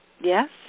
Yes